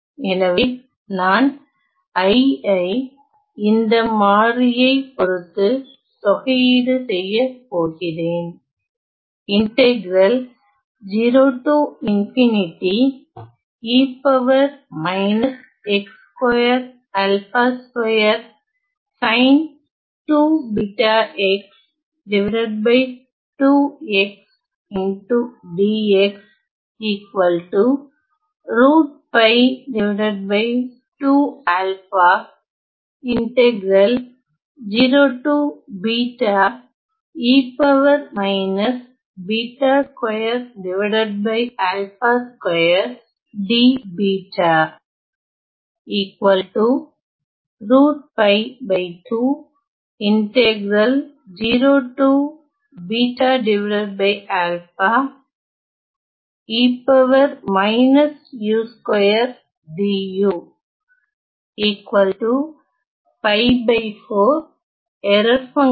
எனவே நான் I ஐ இந்த மாறியை பொருத்து தொகையீடு செய்ய போகிறேன்